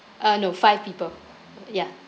ah no five people ya